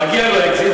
מגיע לו אקזיט,